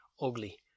ugly